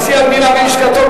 נשיא המדינה ולשכתו,